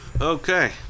okay